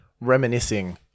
reminiscing